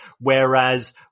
whereas